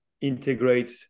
integrate